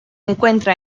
encuentra